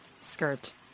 skirt